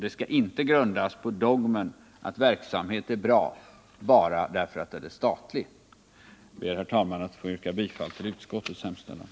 De skall inte grundas på dogmen att verksamhet är bra bara därför att den är statlig. Herr talman! Jag ber att få yrka bifall till utskottets hemställan,